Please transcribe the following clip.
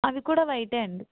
అవి కూడా వైట్ అండి